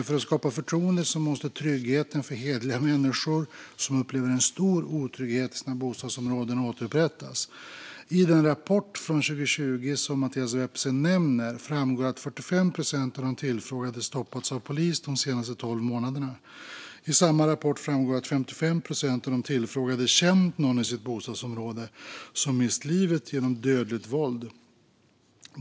För att skapa förtroende måste tryggheten för hederliga människor som upplever en stor otrygghet i sina bostadsområden återupprättas. I den rapport från 2020 som Mattias Vepsä nämner framgår att 45 procent av de tillfrågade stoppats av polis de senaste tolv månaderna. I samma rapport framgår att 55 procent av de tillfrågade känt någon i sitt bostadsområde som har mist livet genom dödligt våld.